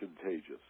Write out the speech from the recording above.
contagious